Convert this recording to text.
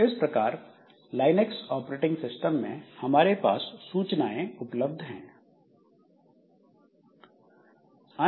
इस प्रकार Linux operating system में हमारे पास सूचनाएं उपलब्ध है